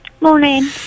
Morning